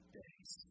days